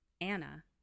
anna